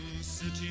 City